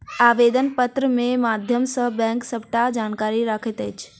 आवेदन पत्र के माध्यम सॅ बैंक सबटा जानकारी रखैत अछि